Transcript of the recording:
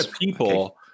people-